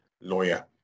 lawyer